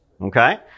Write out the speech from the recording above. Okay